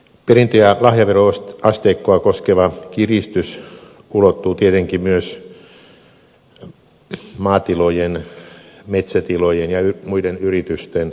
perintö ja lahjaveroasteikkoa koskeva kiristys ulottuu tietenkin myös maatilojen metsätilojen ja muiden yritysten sukupolvenvaihdoksiin